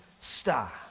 star